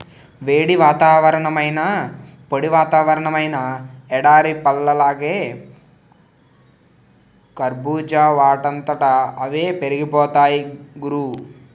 వేడి వాతావరణమైనా, పొడి వాతావరణమైనా ఎడారి పళ్ళలాగా కర్బూజా వాటంతట అవే పెరిగిపోతాయ్ గురూ